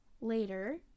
later